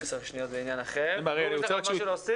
מה הבעיה לעשות את המנגנון שקוף?